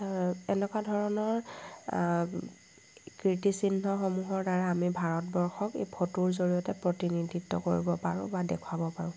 ধৰক এনেকুৱা ধৰণৰ কীৰ্তিচিহ্নসমূহৰ দ্বাৰা আমি ভাৰতবৰ্ষক ফটোৰ জৰিয়তে প্ৰতিনিধিত্ব কৰিব পাৰোঁ বা দেখুৱাব পাৰোঁ